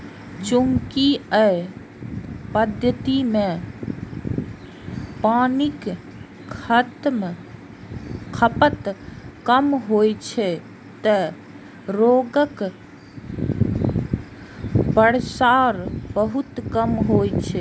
चूंकि अय पद्धति मे पानिक खपत कम होइ छै, तें रोगक प्रसार बहुत कम होइ छै